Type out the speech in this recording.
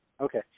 Okay